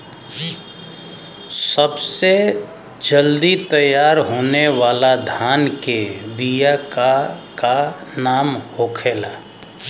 सबसे जल्दी तैयार होने वाला धान के बिया का का नाम होखेला?